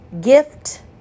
gift